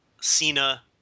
Cena